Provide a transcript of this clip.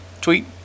tweet